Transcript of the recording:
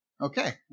Okay